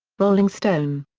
rolling stone.